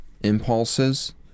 impulses